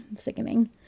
Sickening